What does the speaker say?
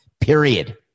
period